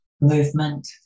movement